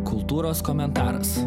kultūros komentaras